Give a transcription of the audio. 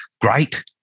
great